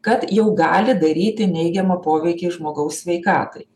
kad jau gali daryti neigiamą poveikį žmogaus sveikatai